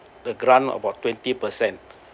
the grant about twenty percent